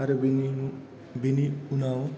आरो बेनि उनाव